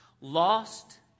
lost